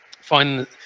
find